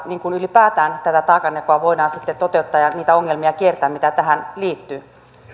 ylipäätään tätä taakanjakoa voidaan sitten toteuttaa ja niitä ongelmia kiertää mitä tähän liittyy